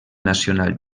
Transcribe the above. nacional